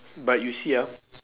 but you see ah